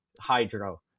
hydro